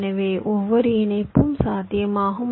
எனவே ஒவ்வொரு இணைப்பும் சாத்தியமாகும்